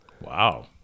Wow